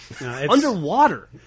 Underwater